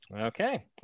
Okay